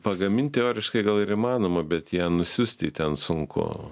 pagamint teoriškai gal ir įmanoma bet ją nusiųst į ten sunku